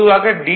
பொதுவாக டி